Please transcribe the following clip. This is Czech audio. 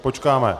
Počkáme.